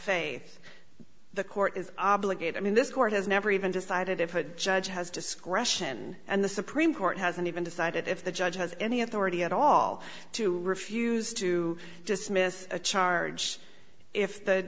faith the court is obligate i mean this court has never even decided if a judge has discretion and the supreme court hasn't even decided if the judge has any authority at all to refuse to dismiss a charge if the